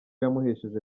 yamuhesheje